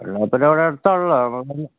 എന്നാൽ പിന്നെ ഇവിടെ അടുത്താണല്ലോ അപ്പം പിന്നെ